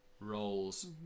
roles